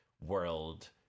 world